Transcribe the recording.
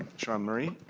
sean murray and